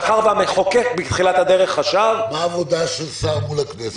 מאחר שהמחוקק בתחילת הדרך חשב --- מה העבודה של השר מול הכנסת?